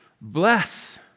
Bless